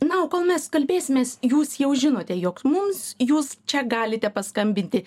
na o kol mes kalbėsimės jūs jau žinote jog mums jūs čia galite paskambinti